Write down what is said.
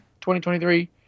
2023